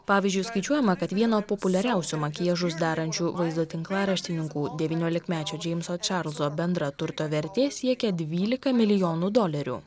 pavyzdžiui skaičiuojama kad vieno populiariausių makiažus darančių vaizdo tinklaraštininkų devyniolikmečio džeimso čarlzo bendra turto vertė siekia dvylika milijonų dolerių